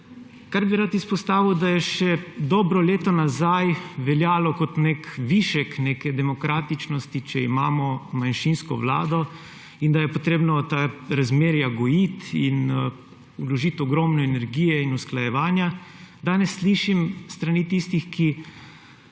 Kar bi rad izpostavil, je, da je še dobro leto nazaj veljalo za višek neke demokratičnosti, če imamo manjšinsko vlado, da je treba ta razmerja gojiti in vložiti ogromno energije in usklajevanja. Danes slišim s strani tistih, ki